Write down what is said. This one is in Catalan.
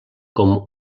com